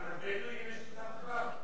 גם לבדואים יש "נכבה"?